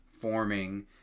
forming